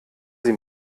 sie